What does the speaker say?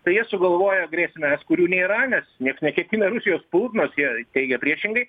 tai jie sugalvoja grėsmes kurių nėra nes nieks neketina rusijos pult nors jie teigia priešingai